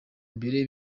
mbere